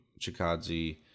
chikadze